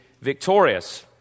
victorious